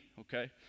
okay